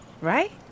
right